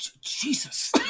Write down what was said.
Jesus